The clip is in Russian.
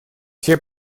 все